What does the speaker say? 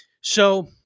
So-